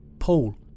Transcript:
Paul